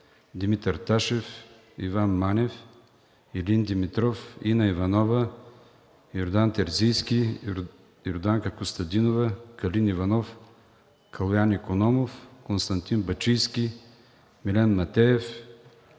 Димитър Ташев; Иван Манев; Илин Димитров; Инна Иванова; Йордан Терзийски; Йорданка Костадинова; Калин Иванов; Калоян Икономов; Константин Бачийски; Милен Матеев;